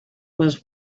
was